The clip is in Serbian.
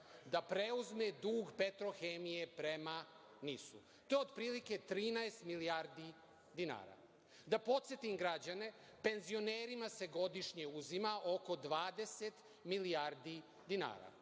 da preuzme dug „Petrohemije“ prema NIS. To je otprilike 13 milijardi dinara. Da podsetim građane, penzionerima se godišnje uzima oko 20 milijardi dinara,